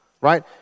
right